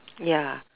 ya